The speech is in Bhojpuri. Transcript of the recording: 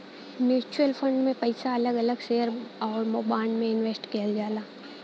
म्युचुअल फंड में पइसा अलग अलग शेयर आउर बांड में इनवेस्ट किहल जाला